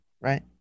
right